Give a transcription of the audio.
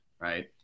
right